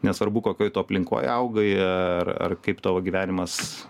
nesvarbu kokioj tu aplinkoj augai ar ar kaip tavo gyvenimas